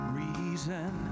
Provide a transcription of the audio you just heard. reason